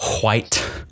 white